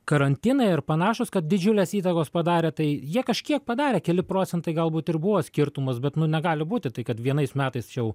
karantinai ar panašūs kad didžiulės įtakos padarė tai jie kažkiek padarė keli procentai galbūt ir buvo skirtumas bet nu negali būti tai kad vienais metais jau